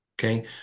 okay